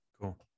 Cool